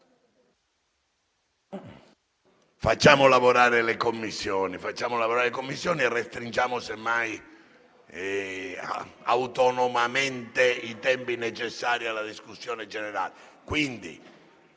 Facciamo lavorare le Commissioni e restringiamo semmai autonomamente i tempi necessari alla discussione generale.